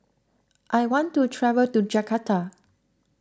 I want to travel to Jakarta